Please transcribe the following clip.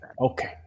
okay